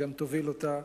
והיא גם תוביל אותה.